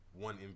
one